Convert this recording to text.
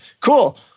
Cool